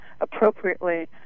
appropriately